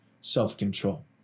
self-control